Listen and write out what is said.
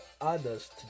others